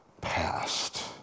past